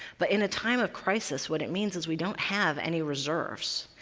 but in a time of crisis, what it means is we don't have any reserves.